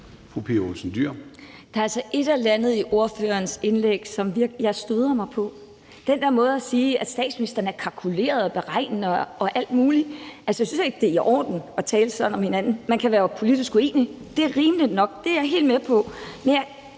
Der er altså et eller andet i ordførerens indlæg, som jeg støder mig meget på. Den der måde at sige på, at statsministeren er kalkuleret, beregnende og alt muligt, synes jeg ikke er i orden. Det er ikke i orden at tale sådan om hinanden. Man kan være politisk uenig. Det er rimeligt nok. Det er jeg helt med på.